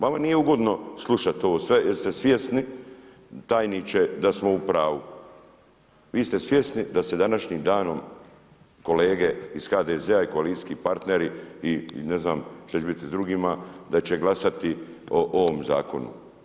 Vama nije ugodno slušati ovo sve jer ste svjesni tajniče da smo upravu. vi ste svjesni da se današnjim danom kolege iz HDZ-a i koalicijski partneri i ne znam šta će biti s drugima da će glasati o ovom zakonu.